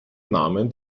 namen